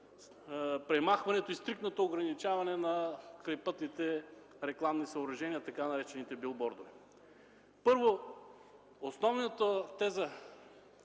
премахването и стриктното ограничаване на крайпътните рекламни съоръжения, така наречените билбордове. Първо, основната теза,